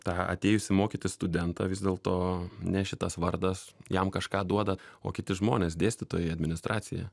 tą atėjusį mokytis studentą vis dėlto ne šitas vardas jam kažką duoda o kiti žmonės dėstytojai administracija